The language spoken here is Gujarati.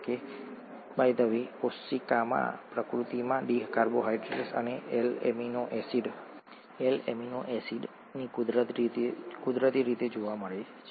અને બાય ધ વે કોશિકામાં પ્રકૃતિમાં ડી કાર્બોહાઇડ્રેટ્સ અને એલ એમિનો એસિડ્સ કુદરતી રીતે જોવા મળે છે